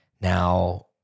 Now